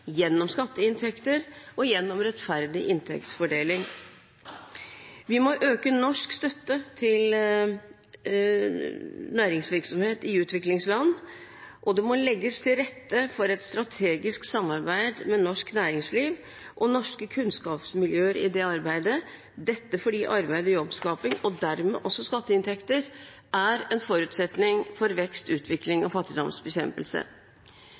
gjennom skatteinntekter og gjennom rettferdig inntektsfordeling. Vi må øke norsk støtte til næringsvirksomhet i utviklingsland, og det må legges til rette for et strategisk samarbeid med norsk næringsliv og norske kunnskapsmiljøer i det arbeidet – dette fordi arbeid og jobbskaping, og dermed også skatteinntekter, er en forutsetning for vekst, utvikling og fattigdomsbekjempelse.